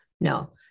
No